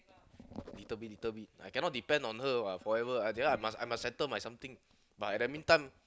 little bit little bit I cannot depend on her what forever I cannot I must handle my something